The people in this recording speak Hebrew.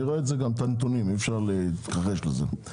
אני רואה את הנתונים ואי אפשר להתכחש לזה.